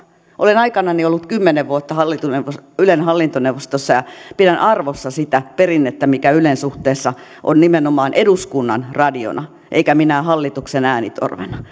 olen aikanani ollut kymmenen vuotta ylen hallintoneuvostossa ja pidän arvossa sitä perinnettä mikä ylen suhteessa on nimenomaan eduskunnan radiona eikä minään hallituksen äänitorvena